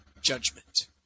judgment